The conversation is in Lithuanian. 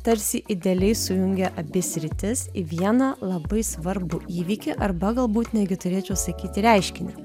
tarsi idealiai sujungia abi sritis į vieną labai svarbų įvykį arba galbūt netgi turėčiau sakyti reiškinį